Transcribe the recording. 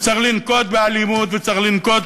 וצריך לנקוט אלימות וצריך לנקוט